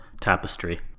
tapestry